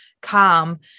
calm